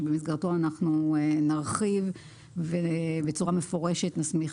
במסגרתו אנחנו נרחיב ובצורה מפורשת נסמיך